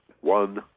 one